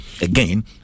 again